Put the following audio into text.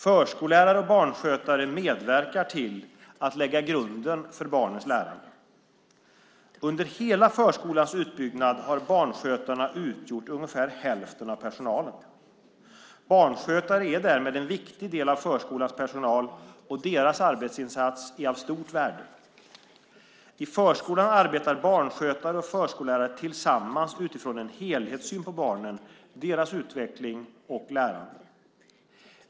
Förskollärare och barnskötare medverkar till att lägga grunden för barnens lärande. Under hela förskolans utbyggnad har barnskötarna utgjort ungefär hälften av personalen. Barnskötare är därmed en viktig del av förskolans personal, och deras arbetsinsats är av stort värde. I förskolan arbetar barnskötare och förskollärare tillsammans utifrån en helhetssyn på barnen och deras utveckling och lärande.